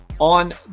on